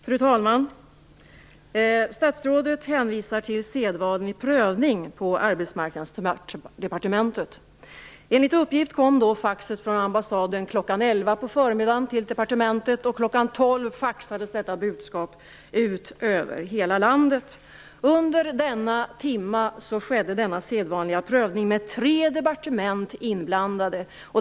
Fru talman! Statsrådet hänvisar till sedvanlig prövning på Arbetsmarknadsdepartementet. Enligt uppgift kom faxet från ambassaden kl. 11 på förmiddagen till departementet och kl. 12 faxades detta budskap ut över hela landet. Under denna timma skedde denna sedvanliga prövning med tre departement inblandade.